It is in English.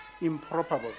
improbable